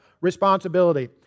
responsibility